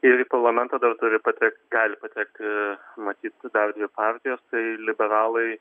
ir į parlamentą dar turi patekt gali patekti matyt dar dvi partijos tai liberalai